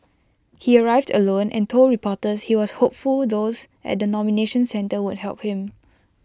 he arrived alone and told reporters he was hopeful those at the nomination centre would help him